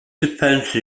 defense